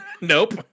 Nope